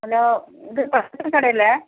hello ഇത് പച്ചക്കറി കടയല്ലേ